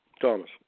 Thomas